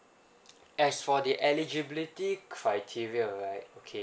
as for the eligibility criteria right